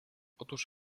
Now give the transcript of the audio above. otóż